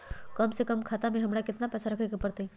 कम से कम खाता में हमरा कितना पैसा रखे के परतई?